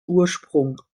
ursprung